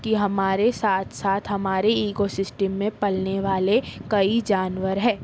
کہ ہمارے ساتھ ساتھ ہمارے ایکوسسٹم میں پلنے والے کئی جانور ہے